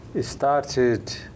started